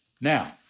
Now